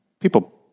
People